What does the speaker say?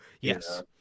yes